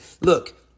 Look